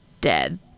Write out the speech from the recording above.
dead